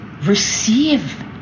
receive